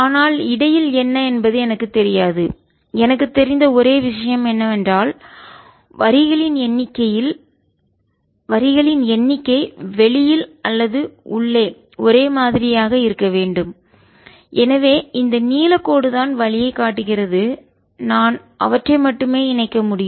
ஆனால் இடையில் என்ன என்பது எனக்குத் தெரியாது எனக்குத் தெரிந்த ஒரே விஷயம் என்னவென்றால் வரிகளின் எண்ணிக்கை வெளியில் அல்லது உள்ளே ஒரே மாதிரியாக இருக்க வேண்டும் எனவே இந்த நீலக்கோடு தான் வழியைக் காட்டுகிறது நான் அவற்றை மட்டுமே இணைக்க முடியும்